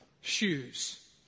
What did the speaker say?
shoes